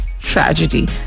tragedy